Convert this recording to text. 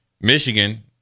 Michigan